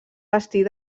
vestir